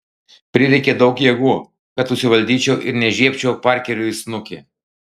prireikė daug jėgų kad susivaldyčiau ir nežiebčiau parkeriui į snukį